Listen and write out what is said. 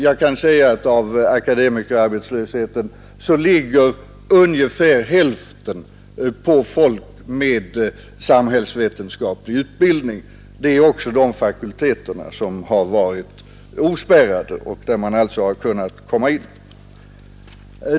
Ungefär hälften av de arbetslösa akademikerna har således samhällsvetenskaplig utbildning. Det är de fakulteterna som har varit ospärrade och där man alltså kunnat komma in.